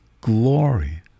glory